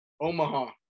Omaha